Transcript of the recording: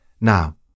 Now